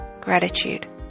gratitude